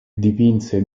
dipinse